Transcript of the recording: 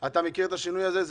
אתה מכיר את השינוי הזה?